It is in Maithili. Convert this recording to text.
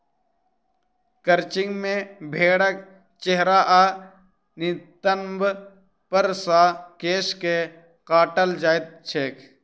क्रचिंग मे भेंड़क चेहरा आ नितंब पर सॅ केश के काटल जाइत छैक